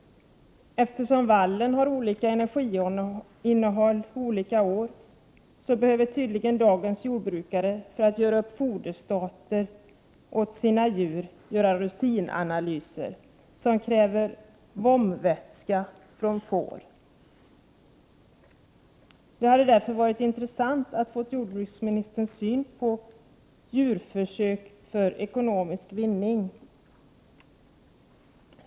Eftersom vallfoder har olika energiinnehåll olika år, behöver dagens jordbrukare göra rutinanalyser för att kunna göra upp foderstater åt sina djur. Dessa analyser kräver vomvätska från får. Det hade därför varit intressant att höra jordbruksministern redogöra för sin syn på djurförsök för ekonomisk vinning.